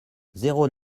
zéro